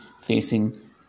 facing